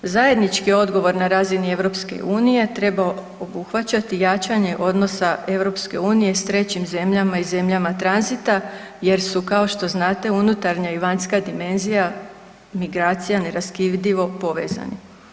Zajednički odgovorna razini EU treba obuhvaćati jačanje odnosa EU s trećim zemljama i zemljama tranzita jer su kao što znate unutarnja i vanjska dimenzija migracija neraskidivo povezani.